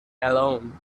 alone